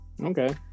okay